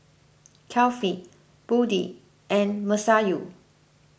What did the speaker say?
Kefli Budi and Masayu